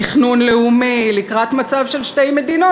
תכנון לאומי לקראת מצב של שתי מדינות,